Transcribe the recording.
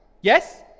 Yes